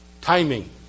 Timing